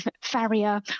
farrier